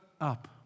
up